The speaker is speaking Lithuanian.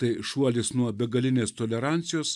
tai šuolis nuo begalinės tolerancijos